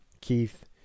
Keith